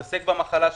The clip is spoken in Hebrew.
התעסק במחלה שלו,